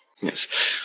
Yes